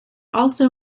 also